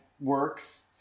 works